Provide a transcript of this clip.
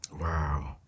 Wow